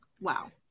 Wow